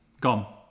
Gone